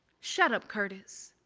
shut up, curtis